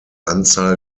anzahl